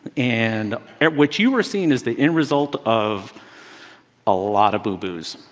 and what you are seeing is the end result of a lot of boo-boos.